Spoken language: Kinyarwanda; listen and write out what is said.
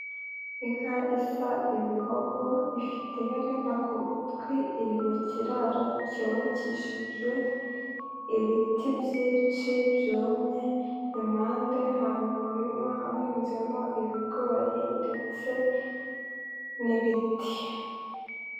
Inka isa ibihogo ifite iherena ku gutwi iri mu kiraro cyubakishije ibiti byinshi byumye, impande hari umurima uhinzemo ibigori ndetse n'ibiti.